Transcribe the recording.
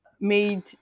made